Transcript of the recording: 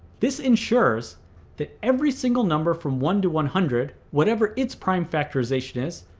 this ensures that every single number from one to one hundred, whatever its prime factorization is,